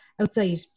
outside